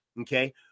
okay